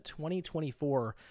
2024